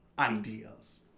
Ideas